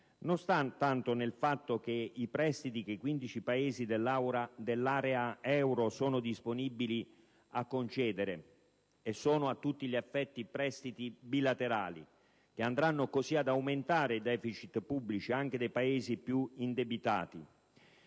non sta tanto nei prestiti che i 15 Paesi dell'area euro sono disponibili a concedere, che sono a tutti gli effetti prestiti bilaterali che andranno così ad aumentare ideficit pubblici anche dei Paesi più indebitati.